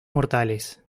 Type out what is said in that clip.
mortales